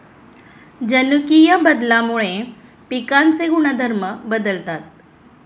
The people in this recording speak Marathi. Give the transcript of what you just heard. जनुकीय बदलामुळे पिकांचे गुणधर्म बदलतात